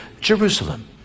Jerusalem